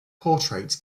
portrait